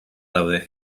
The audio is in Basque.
daude